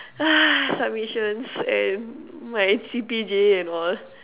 submissions and my C_P_G_A and all